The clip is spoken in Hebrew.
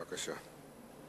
בבקשה.